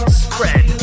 spread